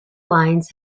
lines